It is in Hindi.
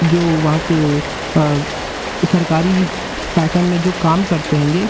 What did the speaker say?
जो वहाँ के सरकारी शासन में जो काम करते हैंगे